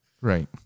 Right